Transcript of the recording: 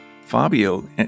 Fabio